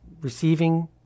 receiving